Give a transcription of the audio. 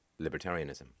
libertarianism